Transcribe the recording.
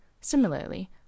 Similarly